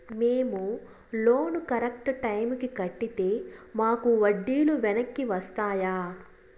మేము loan correct టైముకి కట్టితే మాకు వడ్డీ లు వెనక్కి వస్తాయా?